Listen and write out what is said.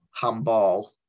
handball